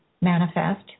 manifest